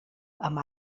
amb